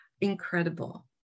incredible